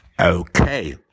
Okay